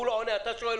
הוא לא עונה, אתה שואל.